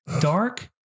Dark